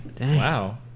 Wow